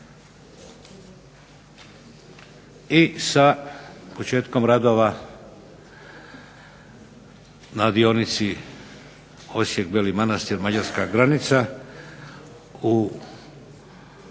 i sa početkom radova na dionici Osijek-Beli Manastir-mađarska granica u rujnu